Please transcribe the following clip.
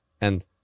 And-